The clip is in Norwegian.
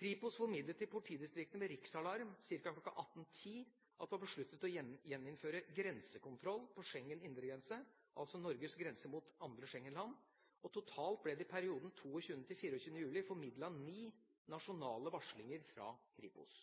Kripos formidlet til politidistriktene ved riksalarm ca. kl. 18.10 at det var besluttet å gjeninnføre grensekontroll på Schengens indre grenser, altså Norges grenser mot andre Schengen-land. Totalt ble det i perioden 22.–24. juli formidlet ni nasjonale varslinger fra Kripos.